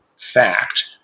fact